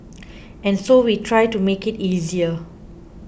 and so we try to make it easier